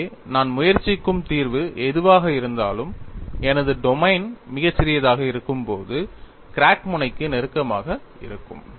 எனவே நான் முயற்சிக்கும் தீர்வு எதுவாக இருந்தாலும் எனது டொமைன் மிகச் சிறியதாக இருக்கும்போது கிராக் முனைக்கு நெருக்கமாக இருக்கும்